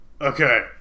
Okay